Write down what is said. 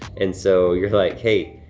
and so you're like, hey,